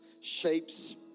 shapes